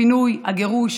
הפינוי, הגירוש